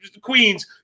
Queens